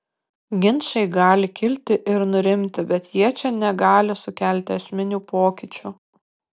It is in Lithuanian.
ginčai gali kilti ir nurimti bet jie čia negali sukelti esminių pokyčių